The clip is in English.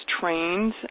trained